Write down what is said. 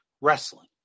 wrestling